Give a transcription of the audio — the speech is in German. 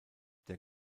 der